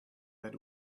that